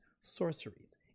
sorceries